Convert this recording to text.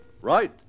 Right